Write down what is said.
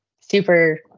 super